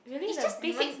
it's just even